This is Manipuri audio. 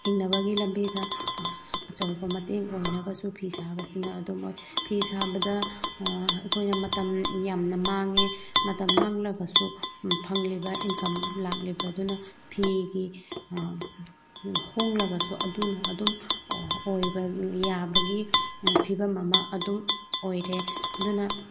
ꯍꯤꯡꯅꯕꯒꯤ ꯂꯝꯕꯤꯗ ꯑꯆꯧꯕ ꯃꯇꯦꯡ ꯑꯣꯏꯅꯕꯁꯨ ꯐꯤ ꯁꯥꯕ ꯑꯁꯤꯅ ꯑꯗꯨꯝ ꯑꯣꯏ ꯐꯤ ꯁꯥꯕꯗ ꯑꯩꯈꯣꯏꯅ ꯃꯇꯝ ꯌꯥꯝꯅ ꯃꯥꯡꯉꯦ ꯃꯇꯝ ꯃꯥꯡꯂꯒꯁꯨ ꯐꯪꯂꯤꯕ ꯏꯟꯀꯝ ꯂꯥꯛꯂꯤꯕꯗꯨꯅ ꯐꯤꯒꯤ ꯍꯣꯡꯂꯒꯁꯨ ꯑꯗꯨꯅ ꯑꯗꯨꯝ ꯑꯣꯏꯕ ꯌꯥꯕꯒꯤ ꯐꯤꯕꯝ ꯑꯃ ꯑꯗꯨꯝ ꯑꯣꯏꯔꯦ ꯑꯗꯨꯅ